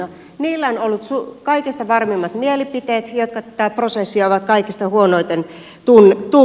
niillä on ollut kaikesta varmimmat mielipiteet jotka tätä prosessia ovat kaikista huonoiten tunteneet